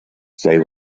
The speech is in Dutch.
zij